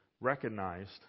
recognized